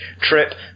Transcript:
Trip